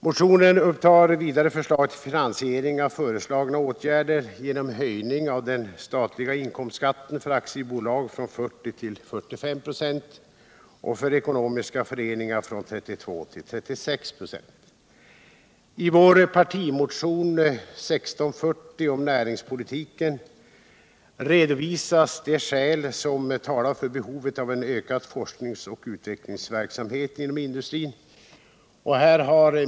Motionen upptar vidare förslag till finansiering av föreslagna åtgärder genom höjning av den statliga inkomstskatten för aktiebolag från 40 till 45 96 och för ekonomiska föreningar från 32 till 36 96. I vår partimotion 1640 om näringspolitiken redovisas de skäl som talar för behovet av en ökad forskningsoch utvecklingsverksamhet inom industrin.